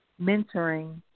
mentoring